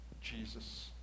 Jesus